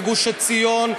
וגוש-עציון,